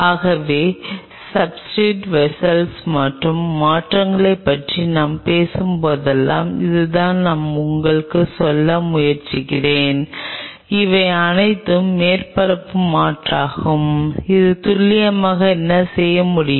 ஆகவே substrate vessel மற்றும் மாற்றங்களைப் பற்றி நாம் பேசும்போதெல்லாம் இதுதான் நான் உங்களுக்குச் சொல்ல முயற்சிக்கிறேன் இவை அனைத்தும் மேற்பரப்பு மாற்றமாகும் இது துல்லியமாக என்ன செய்ய முடியும்